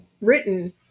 written